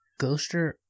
Ghoster